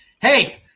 hey